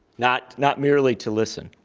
not not merely to listen.